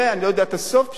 אני לא יודע את הסוף שלו,